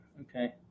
Okay